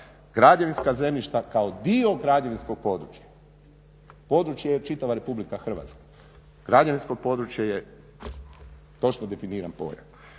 građevinska zemljišta kao dio građevinskog područja. Područje je čitava RH, građevinsko područje je točno definiran pojam.